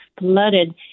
flooded